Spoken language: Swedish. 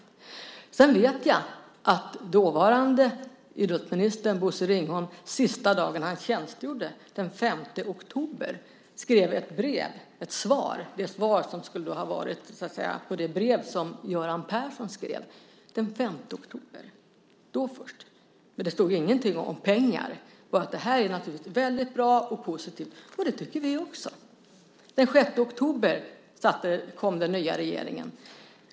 Jag vet att dåvarande idrottsministern Bosse Ringholm den 5 oktober - sista dagen han tjänstgjorde - skrev ett brev som svar på det brev som Göran Persson skrev. Det stod ingenting om pengar, bara att det här är väldigt bra och positivt. Det tycker vi också. Den 6 oktober kom den nya regeringen.